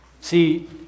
See